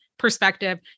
perspective